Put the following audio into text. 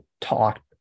talked